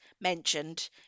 mentioned